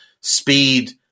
speed